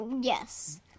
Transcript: Yes